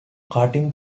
cutting